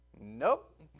Nope